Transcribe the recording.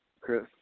Chris